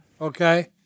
okay